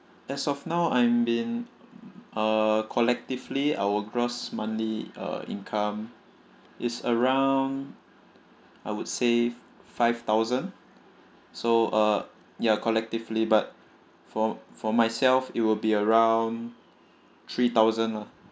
as of now I'm in uh collectively our gross monthly uh income is around I would say five thousand so uh ya collectively but for for myself it will be around three thousand lah